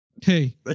hey